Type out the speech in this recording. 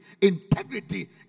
integrity